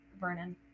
Vernon